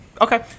Okay